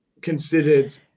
considered